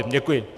Děkuji.